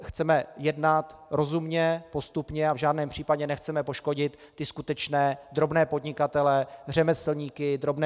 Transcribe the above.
Chceme jednat rozumně, postupně a v žádném případě nechceme poškodit ty skutečné drobné podnikatele, řemeslníky, drobné živnostníky.